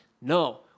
No